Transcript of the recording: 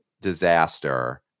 disaster